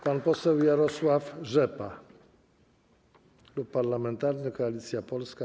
Pan poseł Jarosław Rzepa, Klub Parlamentarny Koalicja Polska